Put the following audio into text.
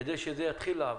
כדי שזה יתחיל לעבוד.